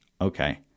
Okay